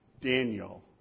Daniel